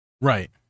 Right